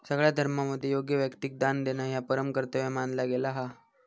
सगळ्या धर्मांमध्ये योग्य व्यक्तिक दान देणा ह्या परम कर्तव्य मानला गेला हा